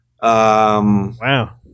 Wow